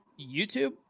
YouTube